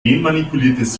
genmanipuliertes